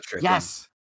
Yes